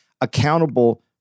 accountable